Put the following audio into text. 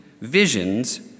visions